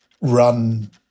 run